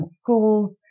schools